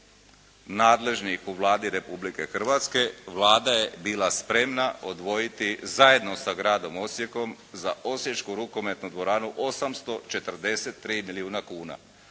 nadležnih u Vladi Republike Hrvatske, Vlada je bila spremna odvojiti zajedno sa gradom Osijekom za osječku rukometnu dvoranu 843 milijuna kuna.